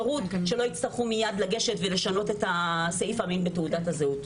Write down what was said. יצטרכו מיד לגשת ולשנות את סעיף המין בתעודת הזהות.